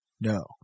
No